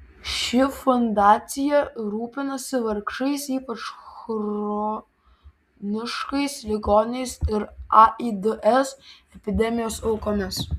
ši fundacija rūpinasi vargšais ypač chroniškais ligoniais ir aids epidemijos aukomis